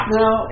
now